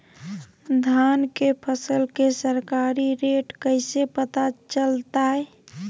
धान के फसल के सरकारी रेट कैसे पता चलताय?